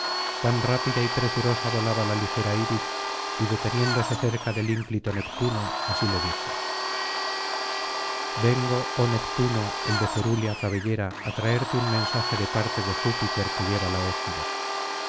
tan rápida y presurosa volaba la ligera iris y deteniéndose cerca del ínclito neptuno así le dijo vengo oh neptuno el de cerúlea cabellera á traerte un mensaje de parte de júpiter que lleva la égida